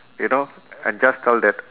you know I just tell that